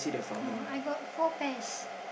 uh I got four pairs